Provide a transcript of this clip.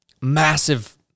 massive